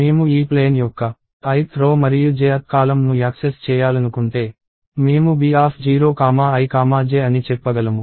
మేము ఈ ప్లేన్ యొక్క ith రో మరియు jth కాలమ్ ను యాక్సెస్ చేయాలనుకుంటే మేము B0ij అని చెప్పగలము